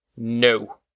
No